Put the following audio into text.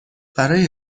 برای